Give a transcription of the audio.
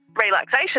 relaxation